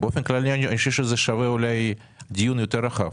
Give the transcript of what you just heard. באופן כללי אני חושב שזה אולי שווה דיון יותר רחב.